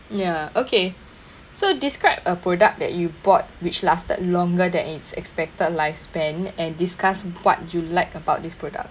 ya okay so describe a product that you bought which lasted longer than its expected lifespan and discuss what you like about this product